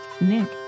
Nick